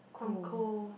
I'm cold